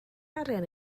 arian